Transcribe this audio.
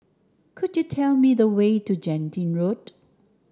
could you tell me the way to Genting Road